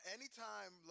Anytime